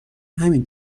همین